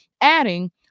adding